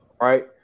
right